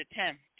attempt